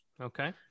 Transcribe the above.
Okay